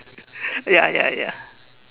ya ya ya